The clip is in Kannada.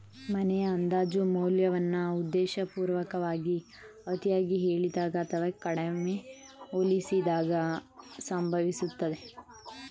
ಮನೆಯ ಅಂದಾಜು ಮೌಲ್ಯವನ್ನ ಉದ್ದೇಶಪೂರ್ವಕವಾಗಿ ಅತಿಯಾಗಿ ಹೇಳಿದಾಗ ಅಥವಾ ಕಡಿಮೆ ಹೋಲಿಸಿದಾಗ ಸಂಭವಿಸುತ್ತದೆ